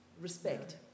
Respect